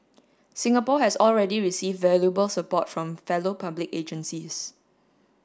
Singapore has already received valuable support from fellow public agencies